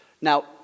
Now